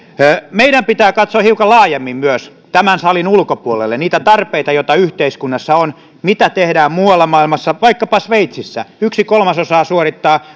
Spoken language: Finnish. meidän pitää katsoa hiukan laajemmin myös tämän salin ulkopuolelle niitä tarpeita joita yhteiskunnassa on mitä tehdään muualla maailmassa vaikkapa sveitsissä yksi kolmasosa suorittaa